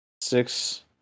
six